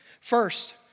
First